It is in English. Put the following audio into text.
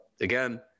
again